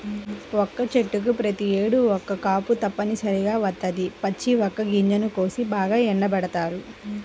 వక్క చెట్లకు ప్రతేడు ఒక్క కాపు తప్పనిసరిగా వత్తది, పచ్చి వక్క గింజలను కోసి బాగా ఎండబెడతారు